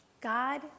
God